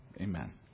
Amen